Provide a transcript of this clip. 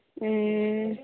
हूँ